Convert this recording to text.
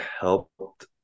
helped